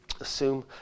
Assume